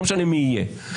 לא משנה מי יהיה,